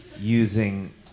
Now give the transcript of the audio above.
using